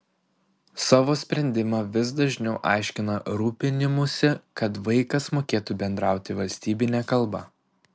savo sprendimą vis dažniau aiškina rūpinimųsi kad vaikas mokėtų bendrauti valstybine kalba